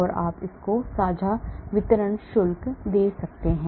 यह आपको साझा वितरण शुल्क दे सकता है